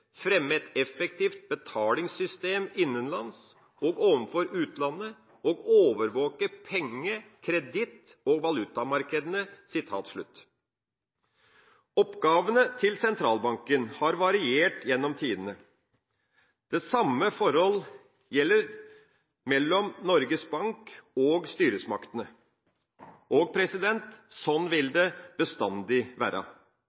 fremme et effektivt betalingssystem innenlands og overfor utlandet og overvåke penge-, kreditt- og valutamarkedene.» Oppgavene til sentralbanken har variert gjennom tidene. Det samme forhold gjelder mellom Norges Bank og styresmaktene – og sånn vil det bestandig være.